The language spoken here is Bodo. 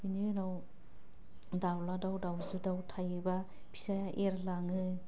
बिनि उनाव दाउला दाउ दाउजो दाउ थायोबा फिसा एरलाङो